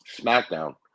SmackDown